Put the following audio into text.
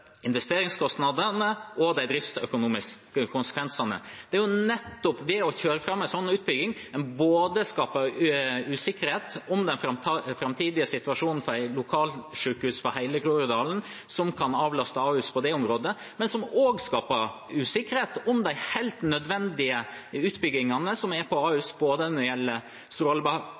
investeringskostnadene og de driftsøkonomiske konsekvensene. Det er jo nettopp ved å kjøre fram en slik utbygging en skaper usikkerhet om den framtidige situasjonen for et lokalsykehus for hele Groruddalen som kan avlaste Ahus på det området, og også skaper usikkerhet om de helt nødvendige utbyggingene som er på Ahus både når det gjelder